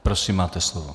Prosím, máte slovo.